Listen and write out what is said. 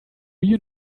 you